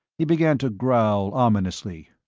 he began to growl ominously,